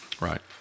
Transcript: Right